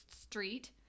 street